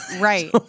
right